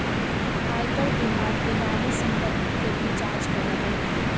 आयकर विभाग बेनामी संपत्ति के भी जांच करऽ हई